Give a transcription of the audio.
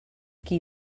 qui